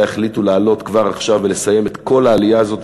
החליטו להעלות כבר עכשיו ולסיים את כל העלייה הזאת.